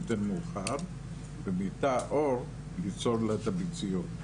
ומתא עור ליצור לה את הביציות.